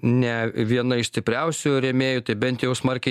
ne viena iš stipriausių rėmėjų tai bent jau smarkiai